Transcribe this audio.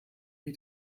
wie